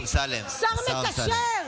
שר מקשר?